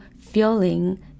feeling